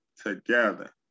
Together